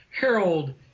Harold